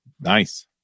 Nice